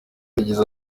yagize